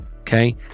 Okay